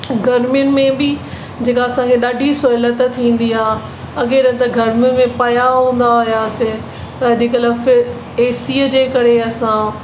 गर्मियुनि में बि जेका असांखे ॾाढी सहुलियतु थींदी आहे अॻिए न त गर्मीयुनि में पया हूंदा हुआसीं अॾुकल्ह फि एसीअ जे करे असां